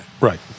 Right